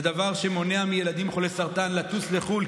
זה דבר שמונע מילדים חולי סרטן לטוס לחו"ל.